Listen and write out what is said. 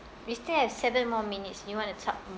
we still have seven more minutes you want to talk